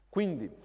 Quindi